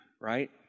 right